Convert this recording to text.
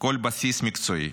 כל בסיס מקצועי.